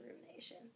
rumination